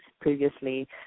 previously